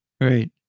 right